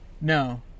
No